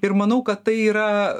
ir manau kad tai yra